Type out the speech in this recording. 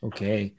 Okay